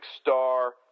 Star